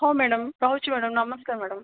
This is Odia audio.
ହଁ ମ୍ୟାଡ଼ମ ରହୁଛି ମ୍ୟାଡ଼ମ ନମସ୍କାର ମ୍ୟାଡ଼ମ